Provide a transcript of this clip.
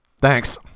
Thanks